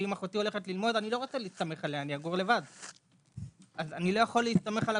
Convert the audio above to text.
ואם אחותי הולכת ללמוד אני לא רוצה להסתמך עליה.